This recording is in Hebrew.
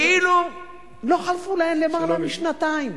כאילו לא חלפו להן למעלה משנתיים.